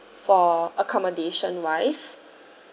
for accommodation wise